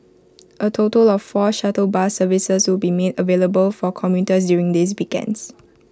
A total of four shuttle bus services will be made available for commuters during these weekends